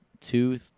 two